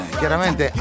chiaramente